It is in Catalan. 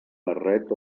barret